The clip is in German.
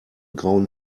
grauen